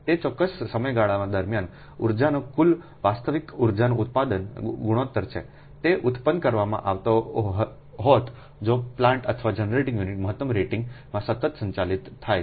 તે ચોક્કસ સમયગાળા દરમિયાન ઉર્જાના કુલ વાસ્તવિક ઉર્જા ઉત્પાદનનો ગુણોત્તર છે જે ઉત્પન્ન કરવામાં આવતો હોત જો પ્લાન્ટ અથવા જનરેટિંગ યુનિટ મહત્તમ રેટિંગમાં સતત સંચાલિત થાય તો